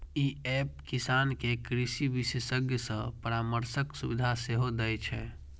ई app किसान कें कृषि विशेषज्ञ सं परामर्शक सुविधा सेहो दै छै